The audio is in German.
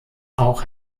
auch